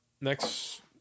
next